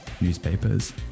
newspapers